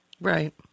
Right